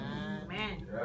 Amen